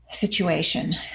situation